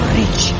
rich